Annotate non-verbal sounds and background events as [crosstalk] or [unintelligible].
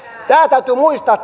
täytyy muistaa [unintelligible]